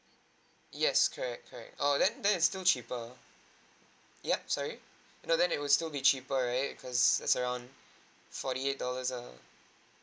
yes correct correct oh then that's still cheaper yup sorry no then it will still be cheaper right cause it's around forty eight dollars err